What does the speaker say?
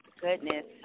goodness